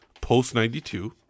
post-92